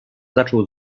zaczął